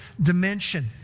dimension